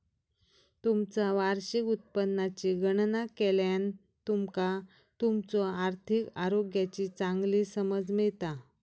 तुमचा वार्षिक उत्पन्नाची गणना केल्यान तुमका तुमच्यो आर्थिक आरोग्याची चांगली समज मिळता